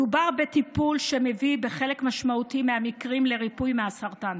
מדובר בטיפול שמביא בחלק משמעותי מהמקרים לריפוי מהסרטן.